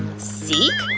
seek?